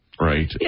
right